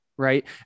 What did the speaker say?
Right